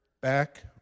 back